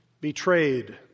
betrayed